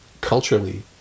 culturally